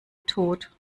tot